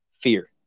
fear